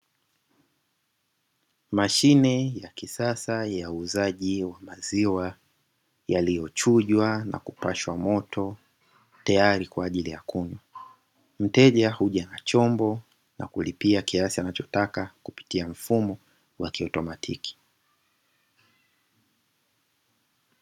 Mashine ya kisasa ya uuzaji wa maziwa yaliyochujwa na kupashwa moto tayari kwa ajili ya kunywa. Mteja huja na chombo na kulipia kiasi anachotaka kupitia mfumo wa kiotomatiki.